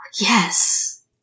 Yes